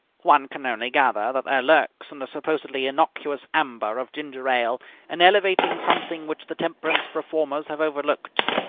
one can only gather that there lurks in the supposedly innocuous amber of ginger ale an elevating something which the temperance reformers have overlooked.